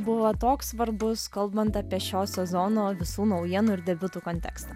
buvo toks svarbus kalbant apie šio sezono visų naujienų ir debiutų kontekstą